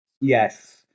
Yes